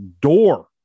door